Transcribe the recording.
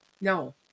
No